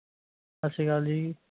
ਸਤਿ ਸ਼੍ਰੀ ਅਕਾਲ ਜੀ